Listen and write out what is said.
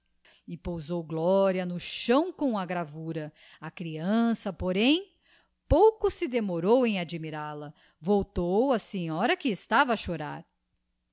e pousou gloria no chão com a gravura a creança porém pouco se demorou em admiral a voltou á senhora que estava a chorar